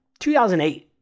2008